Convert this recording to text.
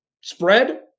spread